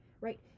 Right